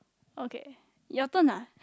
okay your turn ah